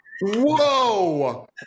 Whoa